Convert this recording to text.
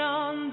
on